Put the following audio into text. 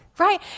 Right